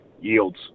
yields